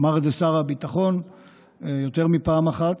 אמר את זה שר הביטחון יותר מפעם אחת.